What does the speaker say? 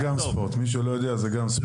למי שלא יודע, זה גם ספורט.